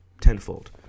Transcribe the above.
tenfold